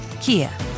Kia